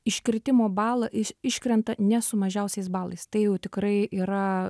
iškritimo balą iš iškrenta ne su mažiausiais balais tai jau tikrai yra